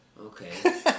okay